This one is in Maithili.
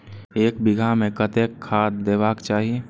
एक बिघा में कतेक खाघ देबाक चाही?